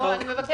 נדלג